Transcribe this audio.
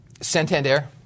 Santander